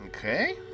Okay